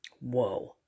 Whoa